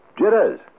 Jitters